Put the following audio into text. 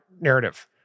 narrative